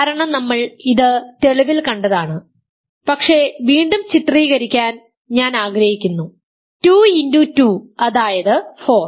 കാരണം നമ്മൾ ഇത് തെളിവിൽ കണ്ടതാണ് പക്ഷേ വീണ്ടും ചിത്രീകരിക്കാൻ ഞാൻ ആഗ്രഹിക്കുന്നു 2x2 അതായത് 4